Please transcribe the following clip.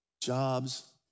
Jobs